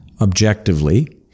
objectively